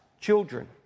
Children